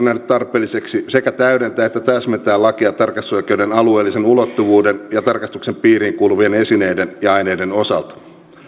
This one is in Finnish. nähnyt tarpeelliseksi sekä täydentää että täsmentää lakia tarkastusoikeuden alueellisen ulottuvuuden ja tarkastuksen piiriin kuuluvien esineiden ja aineiden osalta